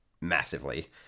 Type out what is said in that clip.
massively